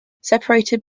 separated